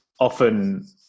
often